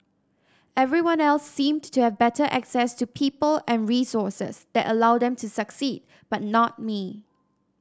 everyone else seemed to have better access to people and resources that allowed them to succeed but not me